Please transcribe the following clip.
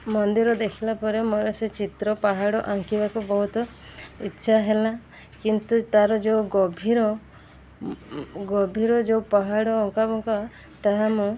ମନ୍ଦିର ଦେଖିଲା ପରେ ମୋର ସେ ଚିତ୍ର ପାହାଡ଼ ଆଙ୍କିବାକୁ ବହୁତ ଇଚ୍ଛା ହେଲା କିନ୍ତୁ ତାର ଯେଉଁ ଗଭୀର ଗଭୀର ଯେଉଁ ପାହାଡ଼ ଅଙ୍କାବଙ୍କା ତାହା ମୁଁ